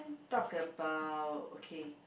talk about okay